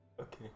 Okay